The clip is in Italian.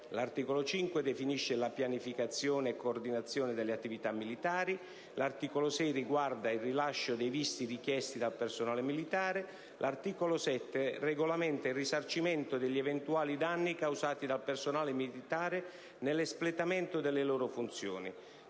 L'articolo 5 definisce la pianificazione e coordinazione delle attività militari. L'articolo 6 riguarda il rilascio dei visti richiesti dal personale militare. L'articolo 7 regolamenta il risarcimento degli eventuali danni causati dal personale militare nell'espletamento delle sue funzioni.